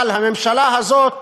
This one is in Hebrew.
אבל הממשלה הזאת